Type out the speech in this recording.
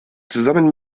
zusammen